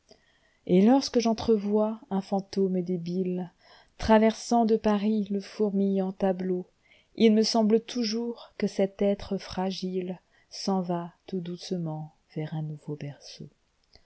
et lorsque j'entrevois un fantôme débile traversant de paris le fourmillant tableau il me semble toujours que cet être fragile s'en va tout doucement vers un nouveau berceau